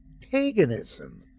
Paganism